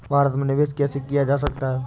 भारत में निवेश कैसे किया जा सकता है?